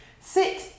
Sit